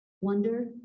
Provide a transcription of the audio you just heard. wonder